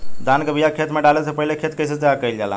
धान के बिया खेत में डाले से पहले खेत के कइसे तैयार कइल जाला?